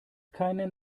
keinen